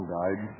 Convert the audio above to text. died